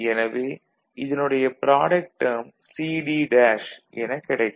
எனவே இதனுடைய product term CD' என கிடைக்கும்